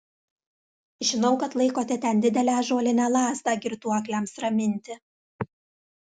žinau kad laikote ten didelę ąžuolinę lazdą girtuokliams raminti